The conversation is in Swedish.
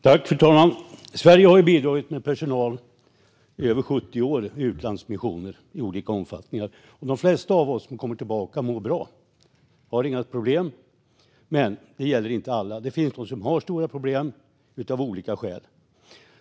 Fru talman! Sverige har i olika omfattning bidragit med personal i över 70 år i utlandsmissioner. De flesta av oss som kommer tillbaka mår bra, men det gäller inte alla. Det finns de som av olika skäl har stora problem.